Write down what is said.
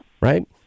Right